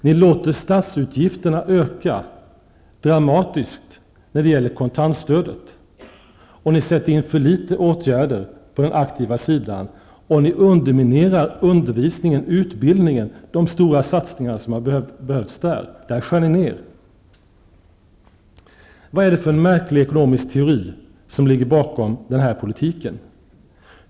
Ni låter statsutgifterna öka dramatiskt när det gäller kontantstödet. Ni sätter in för få åtgärder på den aktiva sidan. Ni underminerar undervisningen och utbildningen, de stora satsningar som behövs. Där skär ni ner. Vad är det för märklig ekonomisk teori som ligger bakom denna politik?